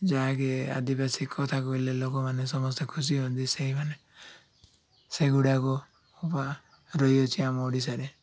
ଯାହାକି ଆଦିବାସୀ କଥା କହିଲେ ଲୋକମାନେ ସମସ୍ତେ ଖୁସି ହୁଅନ୍ତି ସେଇମାନେ ସେଗୁଡ଼ାକ ରହିଅଛି ଆମ ଓଡ଼ିଶାରେ